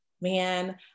man